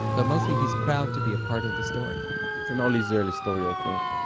but mostly he's proud to be a part of the story it's an all israeli story, i think.